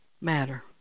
matter